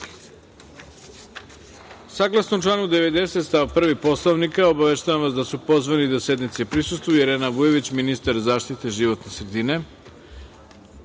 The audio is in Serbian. glasanje. Saglasno članu 90. stav 1. Poslovnika, obaveštavam vas da su pozvani da sednici prisustvuju: Irena Vujović, ministar za zaštitu životne sredine,